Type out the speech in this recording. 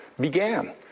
began